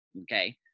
okay